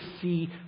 see